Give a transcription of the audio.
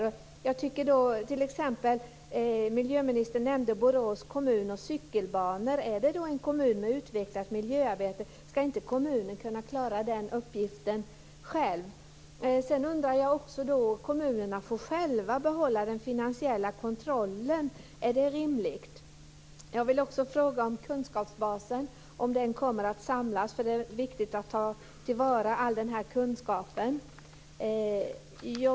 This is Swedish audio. Miljöministern nämnde t.ex. Borås kommun och cykelbanor. Är det då fråga om en kommun med utvecklat miljöarbete; ska inte kommunen kunna klara den uppgiften själv? Sedan undrar jag: Kommunerna får själva behålla den finansiella kontrollen. Är det rimligt? Jag vill också fråga om kunskapsbasen kommer att samlas. Det är viktigt att ta till vara all denna kunskap.